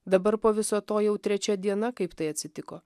dabar po viso to jau trečia diena kaip tai atsitiko